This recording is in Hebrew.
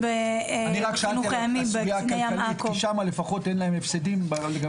רק שאלתי, כי שם לפחות אין להם הפסדים.